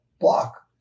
block